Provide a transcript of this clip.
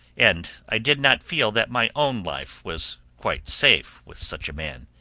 and i did not feel that my own life was quite safe with such a man.